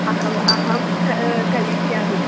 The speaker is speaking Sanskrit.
अहम् अहं का करिष्यामि